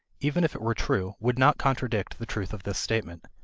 even if it were true, would not contradict the truth of this statement.